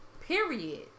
Period